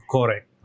Correct